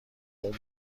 اون